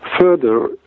further